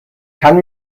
kann